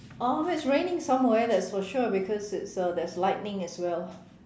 uh it's raining somewhere that's for sure because it's uh there's lightning as well